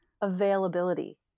availability